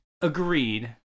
Agreed